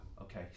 okay